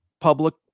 public